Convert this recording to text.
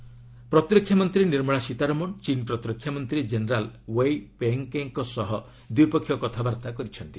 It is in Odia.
ସୀତାରମଣ ପ୍ରତିରକ୍ଷା ମନ୍ତ୍ରୀ ନିର୍ମଳା ସୀତାରମଣ ଚୀନ୍ ପ୍ରତିରକ୍ଷା ମନ୍ତ୍ରୀ ଜେନେରାଲ୍ ୱେଇ ଫେଙ୍ଗେଙ୍କ ସହ ଦ୍ୱିପକ୍ଷୀୟ କଥାବାର୍ତ୍ତା କରିଛନ୍ତି